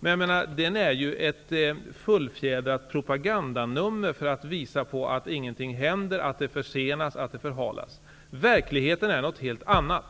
Den är ett fullfjädrat propagandanummer för att visa på att ingenting händer, att banan försenas och förhalas. Verkligheten är en helt annan.